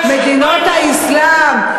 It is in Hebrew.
מדינות האסלאם,